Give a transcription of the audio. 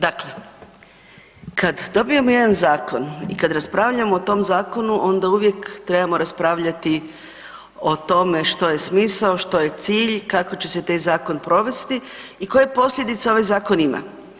Dakle, kad dobijemo jedan zakon i kad raspravljamo o tom zakonu onda uvijek trebamo raspravljati o tome što je smisao, što je cilj i kako će se taj zakon provesti i koje posljedice ovaj zakon ima.